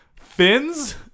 fins